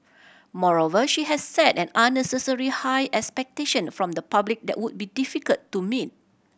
moreover she has set an unnecessary high expectation from the public that would be difficult to meet